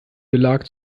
belag